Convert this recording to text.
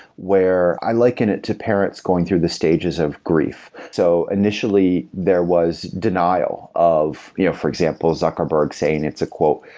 where i liken it to parents going through the stages of grief. so initially, there was denial of you know for example, zuckerberg saying it's a quote,